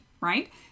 right